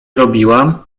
robiłam